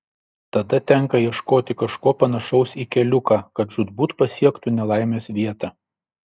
tada tenka ieškoti kažko panašaus į keliuką kad žūtbūt pasiektų nelaimės vietą